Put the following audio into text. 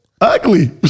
Ugly